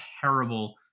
terrible